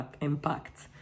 impact